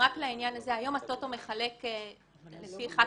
רק לעניין הזה, היום הטוטו מחלק לפי 1/12,